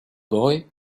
boy